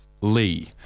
Lee